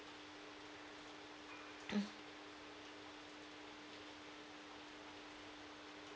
mm